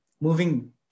moving